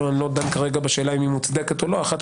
אני לא דן כרגע בשאלה אם היא מוצדקת או לא אחת